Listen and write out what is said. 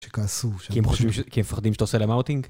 כי הם פחדים שאתה עושה להם אאוטינג?